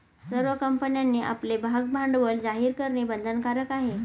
सर्व कंपन्यांनी आपले भागभांडवल जाहीर करणे बंधनकारक आहे